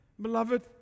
beloved